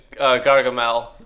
Gargamel